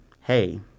hey